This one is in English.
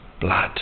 blood